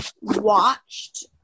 watched